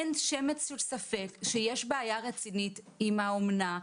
אין שמץ של ספק שיש בעיה רצינית עם האומנה,